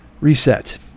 reset